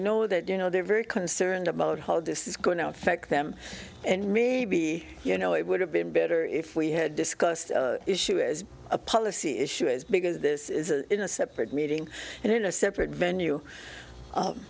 know that you know they're very concerned about how this is going out feck them and me be you know it would have been better if we had discussed issue as a policy issue is because this is in a separate meeting and in a separate venue